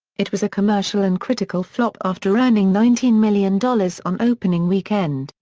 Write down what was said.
it was a commercial and critical flop after earning nineteen million dollars on opening weekend,